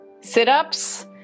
sit-ups